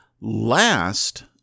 last